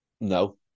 No